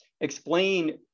explain